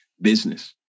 business